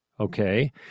Okay